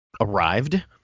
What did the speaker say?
arrived